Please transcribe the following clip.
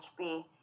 HB